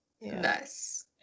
Nice